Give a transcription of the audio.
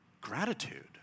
gratitude